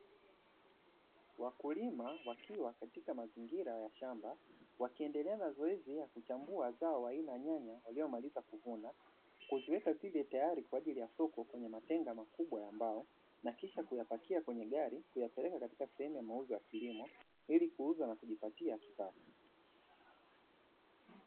Wakulima wakiwa katika mazingira ya shamba wakiendelea na zoezi la kuchambua zao wa aina nyanya waliomaliza kuvuna, kuziweka zile tayari kwaajili ya soko kwenye matenga makubwa ya mbao, na kisha kuyapakia kwenye gari kuyapeleka katika sehemu ya mauzo ya kilimo ili kuuza na kujipatia kipato.